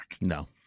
No